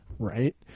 Right